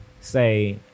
say